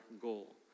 goal